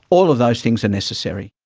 all of those things are necessary.